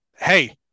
hey